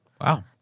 Wow